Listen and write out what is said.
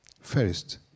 First